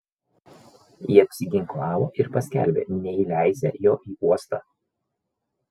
jie apsiginklavo ir paskelbė neįleisią jo į uostą